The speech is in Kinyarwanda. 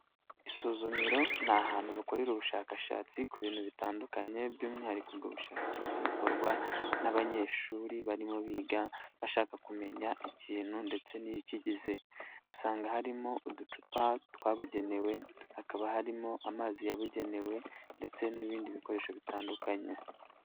Isuzumiro ni ahantu bakorera ubushakashatsi ku bintu bitandukanye by'umwihariko ubwo bushakashatsi bukorwa n'abanyeshuri barimo biga bashaka kumenya ikintu ndetse niki kigize. Usanga harimo uducupa twabugenewe hakaba harimo amazi yabugenewe ndetse n'ibindi bikoresho bitandukanye.